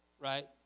Right